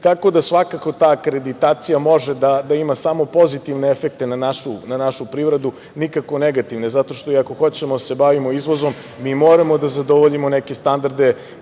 uticaj. Svakako ta akreditacija može da ima samo pozitivne efekte na našu privredu, nikako negativne, zato što i ako hoćemo da se bavimo izvozom mi moramo da zadovoljimo neke standarde